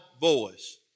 voice